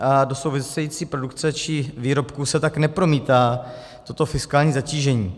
Do související produkce či výrobků se tak nepromítá toto fiskální zatížení.